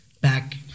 Back